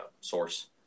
source